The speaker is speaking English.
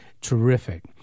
terrific